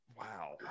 Wow